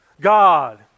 God